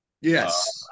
yes